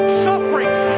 sufferings